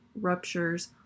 ruptures